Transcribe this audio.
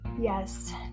Yes